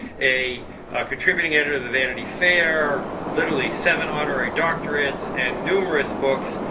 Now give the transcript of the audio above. a contributing editor to the vanity fair, literally seven honorary doctorates, and numerous books.